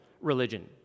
religion